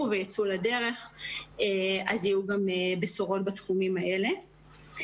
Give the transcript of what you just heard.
וייצאו לדרך אז יהיו גם בשורות בתחומים האלה.